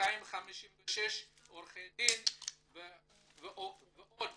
256 עורכי דין ועוד